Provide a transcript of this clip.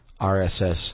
RSS